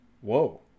whoa